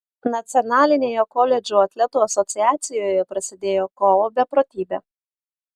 nacionalinėje koledžų atletų asociacijoje prasidėjo kovo beprotybė